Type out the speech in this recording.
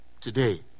Today